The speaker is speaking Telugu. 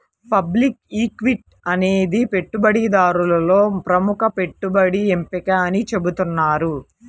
పబ్లిక్ ఈక్విటీ అనేది పెట్టుబడిదారులలో ప్రముఖ పెట్టుబడి ఎంపిక అని చెబుతున్నారు